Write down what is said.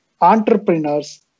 entrepreneurs